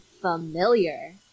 familiar